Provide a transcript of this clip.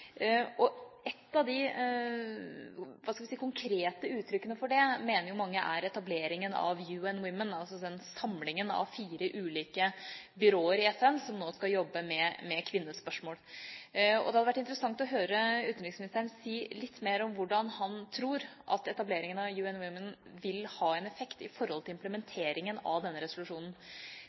Et av de, hva skal vi si, konkrete uttrykkene for det mener mange er etableringen av UN Women, altså den samlingen av fire ulike byråer i FN som nå skal jobbe med kvinnespørsmål. Det hadde vært interessant å høre utenriksministeren si litt mer om hvordan han tror at etableringen av UN Women vil ha effekt i forhold til implementeringen av denne resolusjonen.